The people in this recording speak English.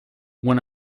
when